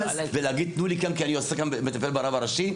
ולהגיד תנו לי גם כי אני מטפל ברב הראשי,